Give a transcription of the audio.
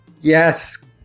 Yes